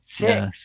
Six